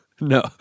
No